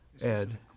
Ed